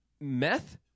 meth